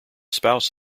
spouse